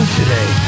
today